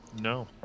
No